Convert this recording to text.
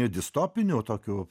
distopiniu tokiu